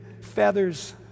feathers